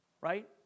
Right